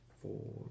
four